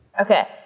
Okay